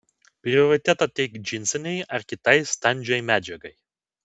prioritetą teik džinsinei ar kitai standžiai medžiagai